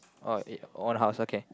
oh it old house okay